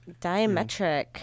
Diametric